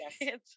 Yes